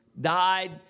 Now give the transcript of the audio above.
died